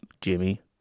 Jimmy